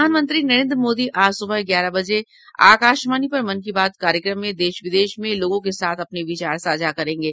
प्रधानमंत्री नरेन्द्र मोदी आज सुबह ग्यारह बजे आकाशवाणी पर मन की बात कार्यक्रम में देश विदेश में लोगों के साथ अपने विचार साझा करेंगे